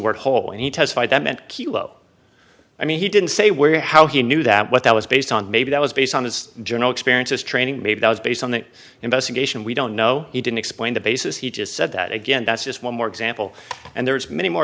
word hole and he testified that meant kilo i mean he didn't say where or how he knew that what that was based on maybe that was based on his general experiences training maybe that was based on that investigation we don't know he didn't explain the basis he just said that again that's just one more example and there's many more